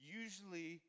usually